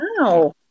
Wow